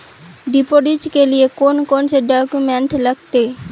Deposit के लिए कौन कौन से डॉक्यूमेंट लगते?